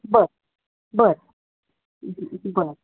बर बर बर